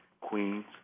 Queens